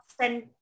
send